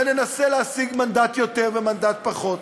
וננסה להשיג מנדט יותר או מנדט פחות,